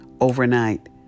overnight